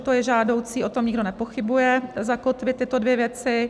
To, že to je žádoucí o tom nikdo nepochybuje zakotvit tyto dvě věci.